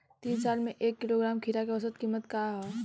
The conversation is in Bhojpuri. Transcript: तीन साल से एक किलोग्राम खीरा के औसत किमत का ह?